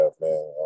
man